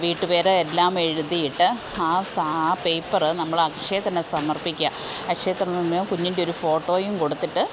വീട്ടു പേര് എല്ലാം എഴുതിയിട്ട് ആ ആ പേയ്പ്പറ് നമ്മൾ അക്ഷയയിൽ തന്നെ സമർപ്പിക്കുക അക്ഷയ കുഞ്ഞിൻ്റെ ഒരു ഫോട്ടോയും കൊടുത്തിട്ട്